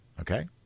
Okay